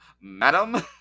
madam